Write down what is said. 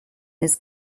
his